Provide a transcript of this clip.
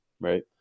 right